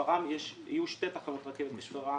בשפרעם יהיו שתי תחנות רכבת.